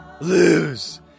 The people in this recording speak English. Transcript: lose